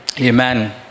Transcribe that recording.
Amen